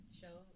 show